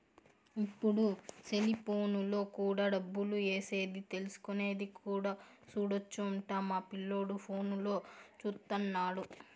ఇప్పుడు సెలిపోనులో కూడా డబ్బులు ఏసేది తీసుకునేది కూడా సూడొచ్చు అంట మా పిల్లోడు ఫోనులో చూత్తన్నాడు